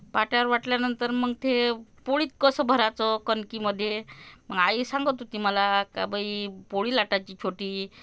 पाट्यावर वाटल्यानंतर मग ते पोळीत कसं भरायचं कणकीमध्ये मग आई सांगत होती मला का बाई पोळी लाटायची छोटी